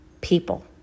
people